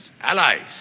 allies